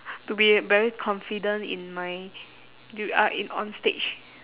to be very confident in my dur~ uh in on stage